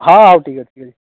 ହଉ ଠିକ୍ ଅଛି ଠିକ୍ ଅଛି